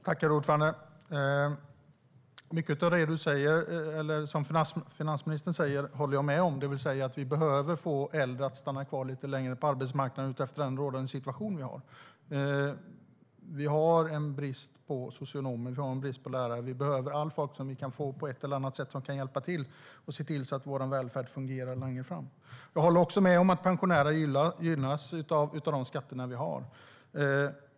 Herr talman! Mycket av det som finansministern säger håller jag med om, det vill säga att vi behöver få äldre att stanna kvar lite längre på arbetsmarknaden utifrån rådande situation. Vi har en brist på socionomer och på lärare. Vi behöver allt folk som vi kan få som på ett eller annat sätt kan hjälpa till och se till att vår välfärd fungerar längre fram. Jag håller också med om att pensionärer gynnas av de skatter vi har.